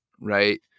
right